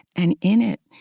and in it,